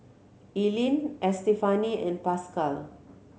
Eileen Estefany and Pascal